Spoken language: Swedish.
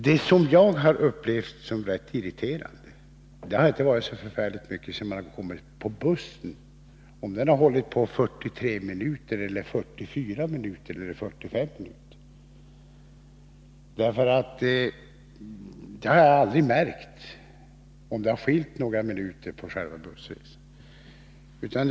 Det som jag har upplevt som rätt irriterande har inte så mycket varit förhållandena sedan man väl har kommit på bussen — om bussresan har tagit 43,44 eller 45 minuter. Jag har aldrig märkt om det har skilt några minuter på bussresan.